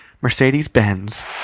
Mercedes-Benz